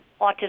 Autism